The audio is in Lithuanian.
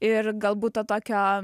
ir galbūt to tokio